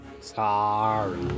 Sorry